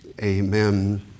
Amen